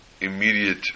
immediate